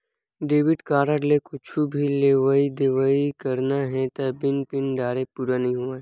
debit card ले कुछु भी लेवइ देवइ करना हे त बिना पिन डारे पूरा नइ होवय